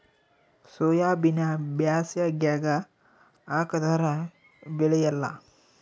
ಸೋಯಾಬಿನ ಬ್ಯಾಸಗ್ಯಾಗ ಹಾಕದರ ಬೆಳಿಯಲ್ಲಾ?